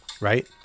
right